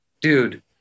dude